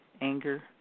anger